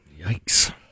Yikes